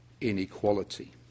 inequality